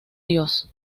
dios